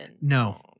No